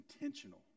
intentional